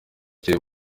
kiri